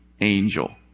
angel